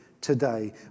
today